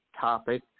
topic